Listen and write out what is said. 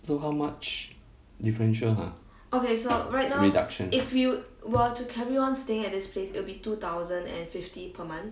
so how much differential !huh! reduction